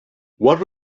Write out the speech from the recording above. what